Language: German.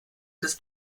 des